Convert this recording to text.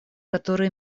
которые